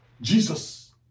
Jesus